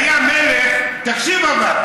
תקשיב אבל.